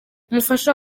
umufasha